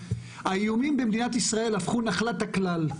האיומים במדינת ישראל הפכו נחלת הכלל,